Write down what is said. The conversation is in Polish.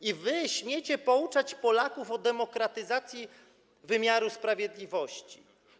I wy śmiecie pouczać Polaków o demokratyzacji wymiaru sprawiedliwości?